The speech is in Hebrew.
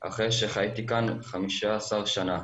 אחרי שחייתי כאן חמישה עשר שנים.